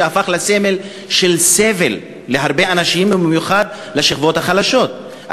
שהפך לסמל של סבל להרבה אנשים ובמיוחד לשכבות החלשות.